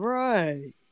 right